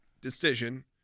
decision